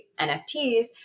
NFTs